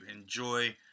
enjoy